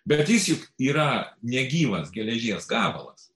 bet jis juk yra negyvas geležies gabalas